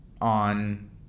on